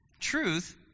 truth